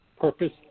purpose